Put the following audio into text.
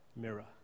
mirror